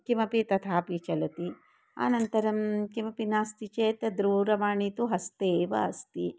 किमपि तथापि चलति अनन्तरं किमपि नास्ति चेत् दूरवाणी तु हस्ते एव अस्ति